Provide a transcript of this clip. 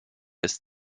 ist